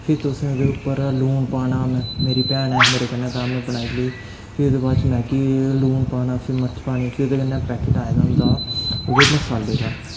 फिर तुसें ओह्दे उप्पर लून पाना मेरी भैन ऐ हा मेरे कन्नै तां में बनाई लेई फ्ही ओह्दे बाद च मैगी च लून पाना फिर मर्च पानी फिर ओह्गे कन्नै पैकेट आए दा होंदा ओह्दा मसाले दा